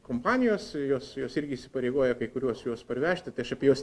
kompanijos jos jos irgi įsipareigoja kai kuriuos juos parvežti tai aš apie juos